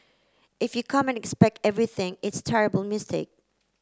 if you come and expect everything it's terrible mistake